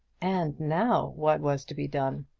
and now what was to be done!